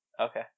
Okay